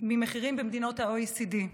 ממחירים במדינות ה-OECD.